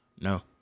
No